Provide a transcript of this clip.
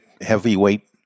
heavyweight